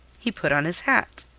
he put on his hat.